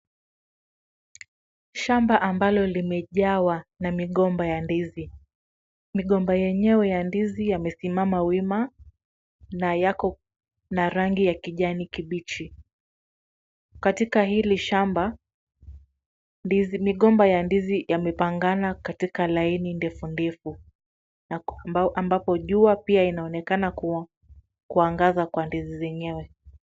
Shamba ambalo limejawa na migomba ya ndizi, migomba yenyewe ya ndizi yamesimama wima na yako na rangi ya kijani kibichi. Katika hili shamba, ndizi, migomba ya ndizi yamepangana katika laini ndefu ndefu, ambapo jua pia inaonekana kuangaza kwa ndizi zenyewe.